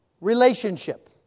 relationship